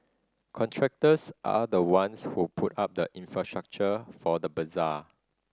contractors are the ones who put up the infrastructure for the bazaar